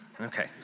Okay